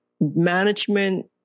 management